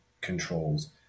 controls